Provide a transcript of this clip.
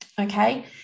Okay